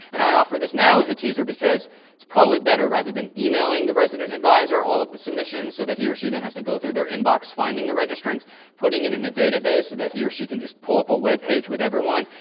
and i offer this now as a teaser because it's probably better rather than emailing the resident advisor, all of the submissions so that he or she then has to go through their inbox finding the registrants putting in a database, so that he or she can just pull up a webpage with everyone,